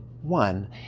One